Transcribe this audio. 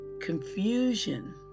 confusion